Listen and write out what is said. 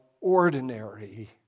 ordinary